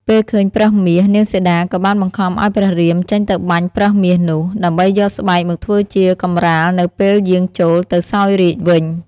ពេលឃើញប្រើសមាស នាងសីតាក៏បានបង្ខំឱ្យព្រះរាមចេញទៅបាញ់ប្រើសមាសនោះ ដើម្បីយកស្បែកមកធ្វើជាកម្រាលនៅពេលយាងចូល ទៅសោយរាជ្យវិញ។